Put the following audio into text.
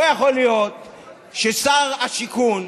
לא יכול להיות ששר השיכון,